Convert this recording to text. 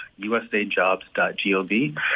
USAJobs.gov